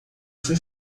foi